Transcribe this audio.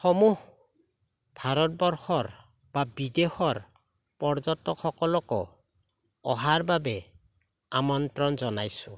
সমূহ ভাৰতবৰ্ষৰ বা বিদেশৰ পৰ্যটকসকলকো অহাৰ বাবে আমন্ত্ৰণ জনাইছোঁ